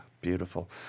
Beautiful